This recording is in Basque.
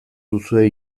duzue